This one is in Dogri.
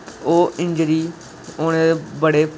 ओह् इंजरी होने दे बड़े